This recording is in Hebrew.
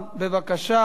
בבקשה,